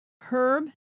Herb